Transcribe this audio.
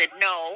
no